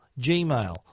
Gmail